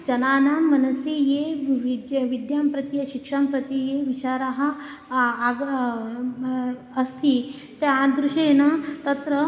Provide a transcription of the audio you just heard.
जनानां मनसि ये विद्य विद्यां प्रति ये शिक्षां प्रति ये विचाराः आग अस्ति तादृशेन तत्र